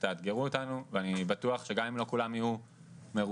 תאתגרו אותנו ואני בטוח שגם אם לא כולם יהיו מרוצים,